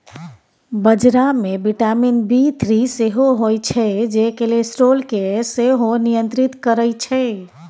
बजरा मे vitamin B three सेहो होइ छै जे कोलेस्ट्रॉल केँ सेहो नियंत्रित करय छै